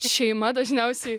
šeima dažniausiai